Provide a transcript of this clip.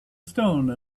stone